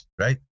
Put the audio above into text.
right